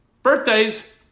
Birthdays